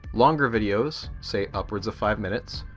longer videos, say upwards five minutes,